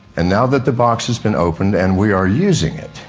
and now that the box has been opened and we are using it,